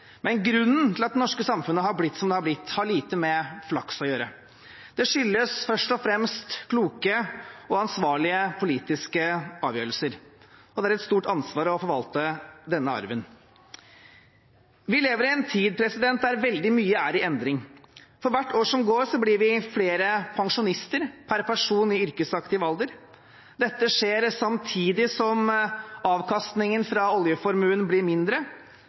Men grunnen til at det norske samfunnet har blitt som det har blitt, har lite med flaks å gjøre. Det skyldes først og fremst kloke og ansvarlige politiske avgjørelser, og det er et stort ansvar å forvalte denne arven. Vi lever i en tid der veldig mye er i endring. For hvert år som går, blir vi flere pensjonister per person i yrkesaktiv alder. Dette skjer samtidig som avkastningen fra oljeformuen blir mindre,